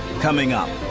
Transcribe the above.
coming up.